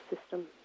system